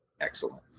excellent